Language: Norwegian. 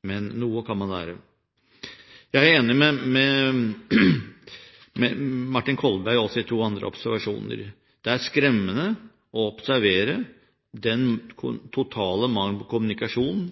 men noe kan man lære. Jeg er enig med Martin Kolberg også i to andre observasjoner. Det er skremmende å observere den totale mangelen på kommunikasjon